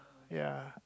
ya